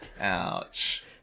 Ouch